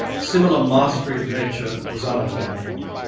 similar mastery of nature was unattainable.